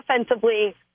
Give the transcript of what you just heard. offensively